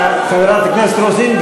חברת הכנסת רוזין,